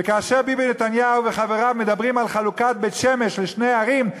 וכאשר ביבי נתניהו וחבריו מדברים על חלוקת בית-שמש לשתי ערים,